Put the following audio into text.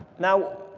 now,